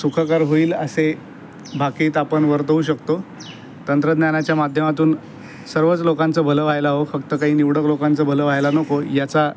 सुखकर होईल असे भाकीत आपण वर्तवू शकतो तंत्रज्ञानाच्या माध्यमातून सर्वच लोकांचं भलं व्हायला हवं फक्त काही निवडक लोकांचं भलं व्हायला नको याचा